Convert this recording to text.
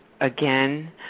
again